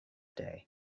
day